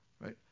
right